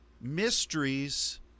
mysteries